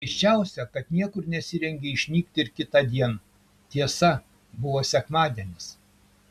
keisčiausia kad niekur nesirengė išnykti ir kitądien tiesa buvo sekmadienis